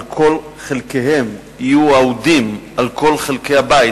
על כל חלקיהם, יהיו אהודים על כל חלקי הבית.